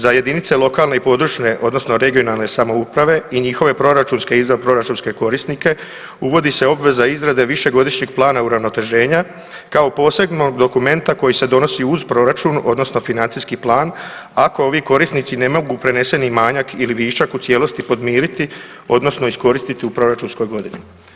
Za jedinice lokalne i područne (regionalne) samouprave i njihove proračunske i izvanproračunske korisnike, uvodi se obveza izrade Višegodišnjeg plana uravnoteženja kao posebnog dokumenta koji se donosi uz proračun, odnosno financijski plan, ako ovi korisnici ne mogu preneseni manjak ili višak u cijelosti podmiriti odnosno iskoristiti u proračunskoj godini.